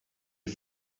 est